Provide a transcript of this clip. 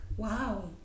Wow